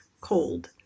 cold